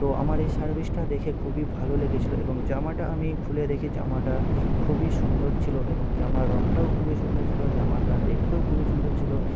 তো আমার এই সার্ভিসটা দেখে খুবই ভালো লেগেছিল এবং জামাটা আমি খুলে দেখি জামাটা খুবই সুন্দর ছিল এবং জামার রঙটাও খুবই সুন্দর ছিল জামাটা দেখতেও খুবই সুন্দর ছিল